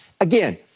Again